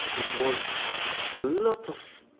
it was a lot of